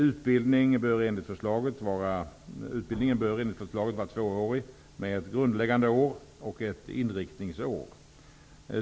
Utbildningen bör enligt förslaget vara tvåårig med ett grundläggande år och ett inriktningsår.